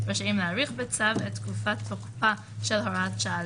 רשאים להאריך בצו את תקופת תוקפה של הוראת שעה